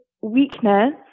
weakness